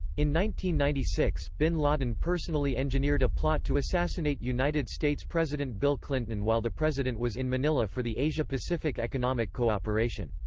ninety ninety six, bin laden personally engineered a plot to assassinate united states president bill clinton while the president was in manila for the asia-pacific economic cooperation.